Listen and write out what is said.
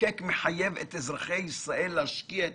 המחוקק מחייב את אזרחי ישראל להשקיע את